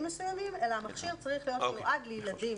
מסוימים אלא המכשיר צריך להיות מיועד לילדים.